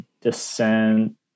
descent